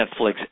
Netflix